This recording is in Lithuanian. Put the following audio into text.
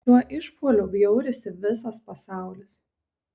šiuo išpuoliu bjaurisi visas pasaulis